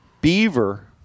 beaver